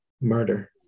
murder